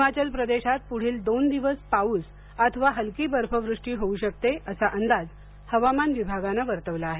हिमाचल प्रदेशात पुढील दोन दिवस पाउस अथवा हलकी बर्फ वृष्टी होऊ शकते असा अंदाज हवामान विभागाने वर्तवला आहे